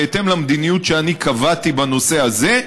בהתאם למדיניות שאני קבעתי בנושא הזה,